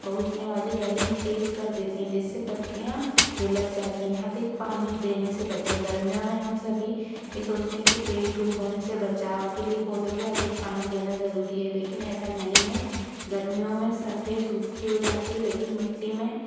पहुँचने वाली गर्मी तेज कर देती है जिससे पत्तियाँ जो लग जाती है अधिक पानी देने से बच्चे गर्मियों में हम सभी ये सोचते हैं कि तेज धूप होने से बचाव के लिए पौधों को अधिक पानी देना जरूरी है लेकिन ऐसा नहीं है गर्मियों में सतह सूखी हो जाती है लेकिन मिट्टी में